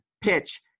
PITCH